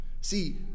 See